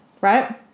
Right